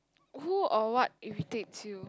who or what irritates you